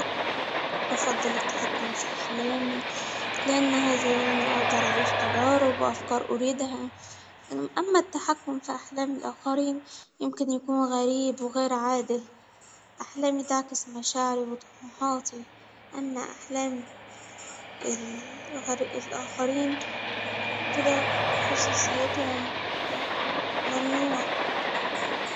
أفضل التحكم في أحلامي، لأنها يعني أقدر أعيش تجارب وأفكار قريبة، أما التحكم في أحلام الآخرين يمكن يكون غريب وغير عادل، احلامي تعكس مشاعري وطموحاتي، ان احلامي الاخرين كده خصوصيتهم ممنوع